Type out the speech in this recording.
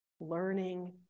learning